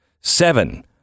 Seven